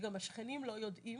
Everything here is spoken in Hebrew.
שגם השכנים לא יודעים